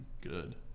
good